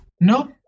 No